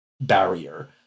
barrier